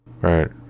Right